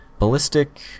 Ballistic